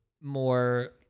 more